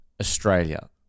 Australia